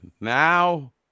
Now